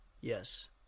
Yes